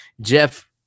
Jeff